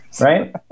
Right